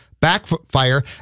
backfire